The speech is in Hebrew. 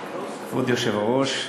כבוד היושב-ראש,